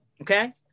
Okay